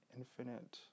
infinite